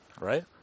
right